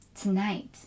tonight